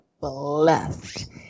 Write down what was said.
blessed